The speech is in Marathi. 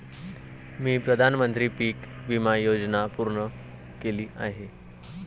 मी प्रधानमंत्री पीक विमा योजना पूर्ण केली आहे